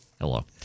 Hello